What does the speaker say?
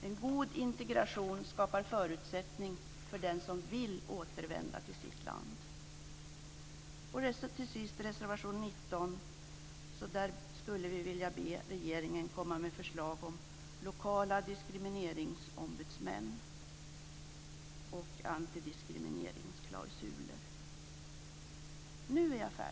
En god integration skapar förutsättningar för den som vill återvända till sitt land. Till sist har vi reservation 19. I den ber vi regeringen att komma med förslag om lokala diskrimineringsombudsmän och antidiskrimineringsklausuler.